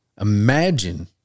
imagine